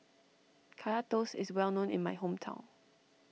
Kaya Toast is well known in my hometown